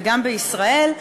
וגם בישראל,